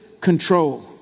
control